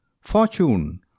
Fortune